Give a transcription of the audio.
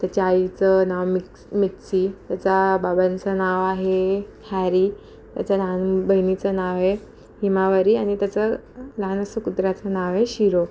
त्याच्या आईचं नाव मिक्स मिक्सी त्याचा बाबांचं नाव आहे हॅरी त्याच्या लहान बहिणीचं नाव आहे हिमावरी आणि त्याचं लहानसं कुत्र्याचं नाव आहे शिरो